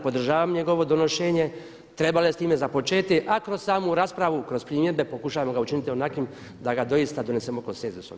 Podržavam njegovo donošenje, trebalo je s time započeti a kroz samu raspravu, kroz primjedbe pokušavamo ga učiniti onakvim da ga doista donesemo konsenzusom.